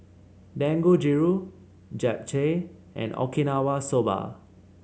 Dangojiru Japchae and Okinawa Soba